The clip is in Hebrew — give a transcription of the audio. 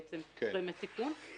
בעצם גורמי סיכון,